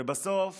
ובסוף